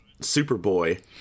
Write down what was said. Superboy